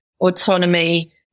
autonomy